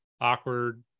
awkward